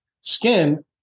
skin